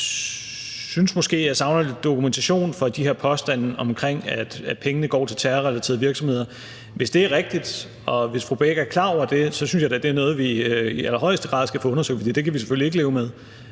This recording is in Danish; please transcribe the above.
synes måske, jeg savner lidt dokumentation for de her påstande om, at pengene går til terrorrelaterede virksomheder. Hvis det er rigtigt, og hvis fru Lise Bech er klar over det, synes jeg da, det er noget, vi i allerhøjeste grad skal få undersøgt, for det kan vi selvfølgelig ikke leve med.